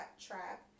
trap